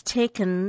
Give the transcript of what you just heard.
taken